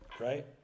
right